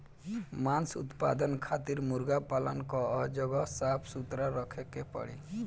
मांस उत्पादन खातिर मुर्गा पालन कअ जगह साफ सुथरा रखे के पड़ी